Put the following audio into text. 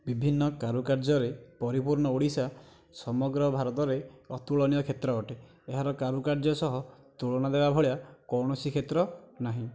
ବିଭିନ୍ନ କରୁକାର୍ଯ୍ୟରେ ପରିପୂର୍ଣ୍ଣ ଓଡ଼ିଶା ସମଗ୍ର ଭାରତରେ ଅତୁଳନିୟ କ୍ଷେତ୍ର ଅଟେ ଏହାର କରୁକାର୍ଯ୍ୟ ସହ ତୁଳନା ଦେବା ଭଳିଆ କୋଣସି କ୍ଷେତ୍ର ନାହିଁ